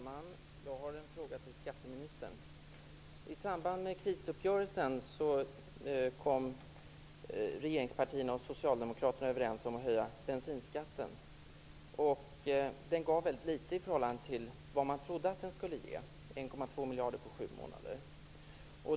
Fru talman! Jag har en fråga till skatteministern. I samband med krisuppgörelsen kom regeringspartierna och Socialdemokraterna överens om att höja bensinskatten. Det gav väldigt litet i förhållande till vad man trodde att det skulle ge, 1,2 miljarder på sju månader.